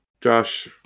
Josh